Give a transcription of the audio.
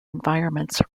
environments